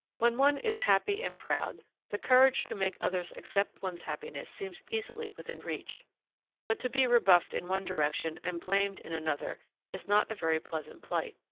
when one is happy and proud, the courage to make others accept one's happiness seems easily within reach but to be rebuffed in one direction and blamed in another is not a very pleasant plight.